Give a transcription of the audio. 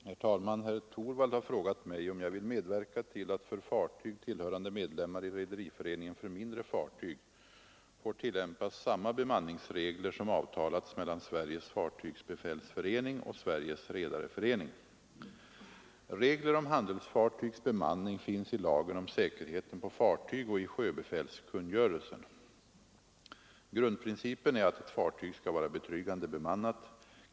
Herr talman! Herr Torwald har frågat mig om jag vill medverka till att för fartyg tillhörande medlemmar i Rederiföreningen för mindre fartyg får tillämpas samma bemanningsregler som avtalats mellan Sveriges fartygsbefälsförening och Sveriges redareförening. Regler om handelsfartygs bemanning finns i lagen om säkerheten på fartyg och i sjöbefälskungörelsen. Grundprincipen är att ett fartyg skall vara betryggande bemannat.